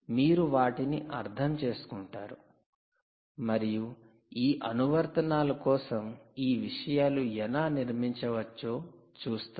మీరు వాటిని అర్థం చేసుకుంటారు మరియు ఈ అనువర్తనాల కోసం ఈ విషయాలు ఎలా నిర్మించవచ్చో చూస్తారు